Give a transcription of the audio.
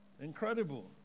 Incredible